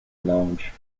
lounge